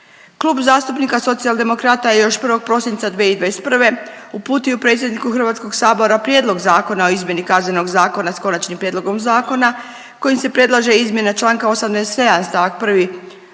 Klub zastupnika Socijaldemokrata je još 1. prosinca 2021. uputio predsjedniku HS Prijedlog zakona o izmjeni Kaznenog zakona s Konačnim prijedlogom zakona kojim se predlaže izmjena čl. 87. st. 1.,